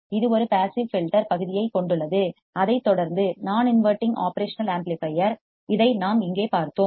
இது ஒரு passive filter பகுதியைக் கொண்டுள்ளது அதைத் தொடர்ந்து நான் இன்வடிங் ஒப்ரேஷனல் ஆம்ப்ளிபையர் இதை நாம் இங்கே பார்த்தோம்